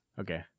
Okay